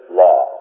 law